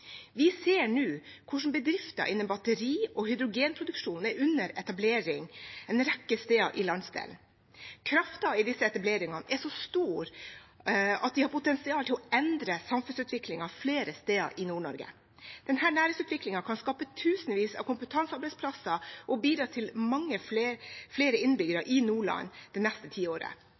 Vi ser nå hvordan bedrifter innen batteri- og hydrogenproduksjon er under etablering en rekke steder i landsdelen. Kraften i disse etableringene er så stor at de har potensial til å endre samfunnsutviklingen flere steder i Nord-Norge. Denne næringsutviklingen kan skape tusenvis av kompetansearbeidsplasser og bidra til mange flere innbyggere i Nordland det neste